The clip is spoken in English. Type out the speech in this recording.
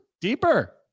deeper